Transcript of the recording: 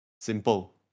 Simple